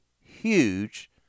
huge